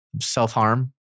self-harm